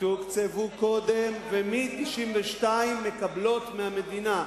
תוקצבו קודם, ומ-1992 מקבלות מהמדינה,